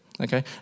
Okay